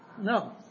no